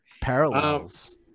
parallels